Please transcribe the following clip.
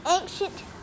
Ancient